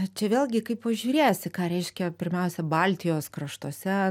čia vėlgi kaip pažiūrėsi ką reiškia pirmiausia baltijos kraštuose